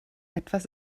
etwas